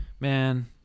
man